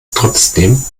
trotzdem